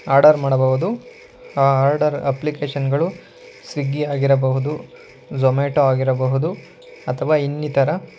order ಮಾಡಬಹುದು ಆ order ಅಪ್ಲಿಕೇಶನ್ಗಳು ಸ್ವಿಗ್ಗಿ ಆಗಿರಬಹುದು ಝೊಮೆಟೊ ಆಗಿರಬಹುದು ಅಥವಾ ಇನ್ನಿತರ